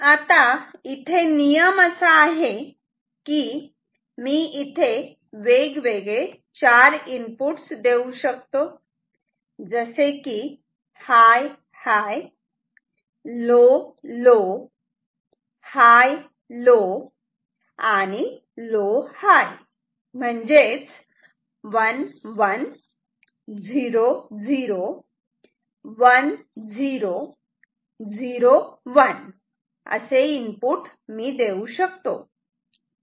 आता इथे नियम असा आहे की मी इथे वेगवेगळे चार इनपुट्स देऊ शकतो जसे की high high low low high low आणि लो हाय म्हणजेच 1 1 0 0 1 0 0 1